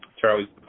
Charlie